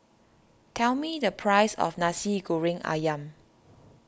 tell me the price of Nasi Goreng Ayam